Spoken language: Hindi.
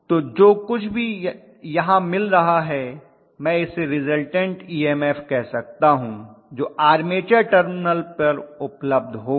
तो जो कुछ भी यहां मिल रहा है मैं इसे रिज़ल्टन्ट EMF कह सकता हूं जो आर्मेचर टर्मिनल पर उपलब्ध होगा